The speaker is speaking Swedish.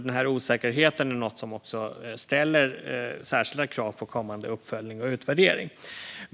Den här osäkerheten är något som också ställer särskilda krav på kommande uppföljning och utvärdering.